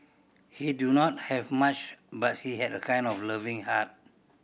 he do not have much but he had a kind of loving heart